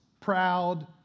proud